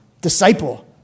disciple